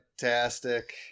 fantastic